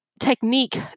technique